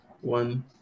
one